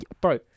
bro